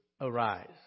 arise